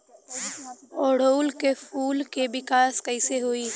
ओड़ुउल के फूल के विकास कैसे होई?